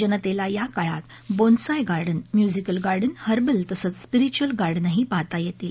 जनतेला याकाळात bonsai garden musical garden herbal तसंच स्पिरिच्युयल गार्डनही पाहता येतील